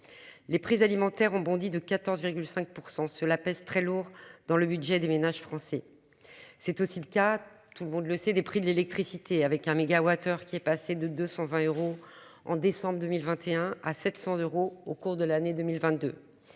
Les prix alimentaires ont bondi de 14,5%. Cela pèse très lourd dans le budget des ménages français. C'est aussi le cas, tout le monde le sait, des prix de l'électricité avec un mégawattheure qui est passé de 220 euros en décembre 2021 à 700 euros au cours de l'année 2022